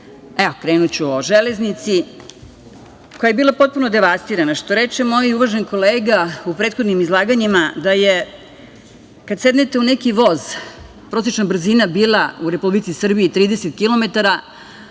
se. Evo, krenuću o železnici, koja je bila potpuno devastirana. Što reče moj uvaženi kolega u prethodnim izlaganjima, kada sednete u neki voz, prosečna brzina u Republici Srbiji je